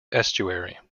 estuary